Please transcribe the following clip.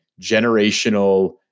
generational